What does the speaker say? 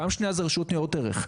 פעם שנייה זו רשות ניירות ערך.